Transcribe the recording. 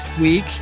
week